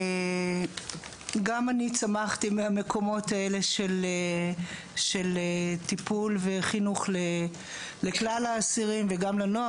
גם אני צמחתי מהמקומות האלה של טיפול וחינוך לכלל האסירים וגם לנוער.